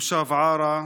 תושב עארה,